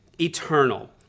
eternal